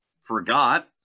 forgot